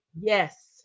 Yes